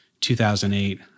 2008